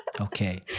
Okay